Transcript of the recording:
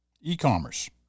e-commerce